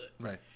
Right